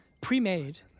pre-made